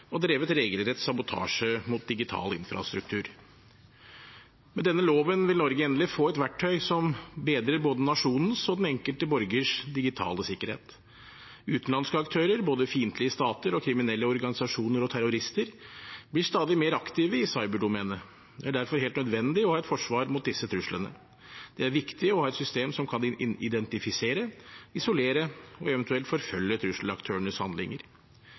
og drevet regelrett sabotasje mot digital infrastruktur. Med denne loven vil Norge endelig få et verktøy som bedrer både nasjonens og den enkelte borgers digitale sikkerhet. Utenlandske aktører, både fiendtlige stater og kriminelle organisasjoner og terrorister, blir stadig mer aktive i cyberdomenet. Det er derfor helt nødvendig å ha et forsvar mot disse truslene. Det er viktig å ha et system som kan identifisere, isolere og eventuelt forfølge trusselaktørenes handlinger.